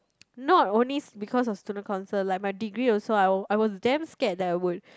not only because of student council like my degree also I were I was damn scared that I would